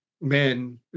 men